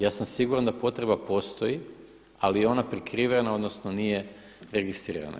Ja sam siguran da potreba postoji, ali je ona prikrivena, odnosno nije registrirana.